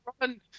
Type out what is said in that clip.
run